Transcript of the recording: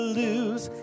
lose